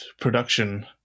production